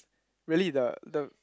really the the